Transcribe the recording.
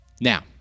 Now